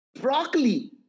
broccoli